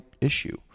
issue